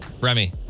Remy